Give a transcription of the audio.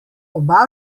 oba